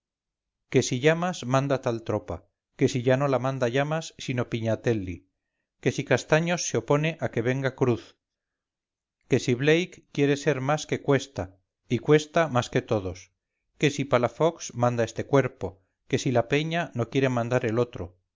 que si llamas manda tal tropa que si ya no la manda llamas sino pignatelli que si castaños se opone a que venga cruz que si blake quiere ser más que cuesta y cuesta más que todos que si palafox manda este cuerpo que si la peña no quiere mandar el otro